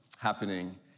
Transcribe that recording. happening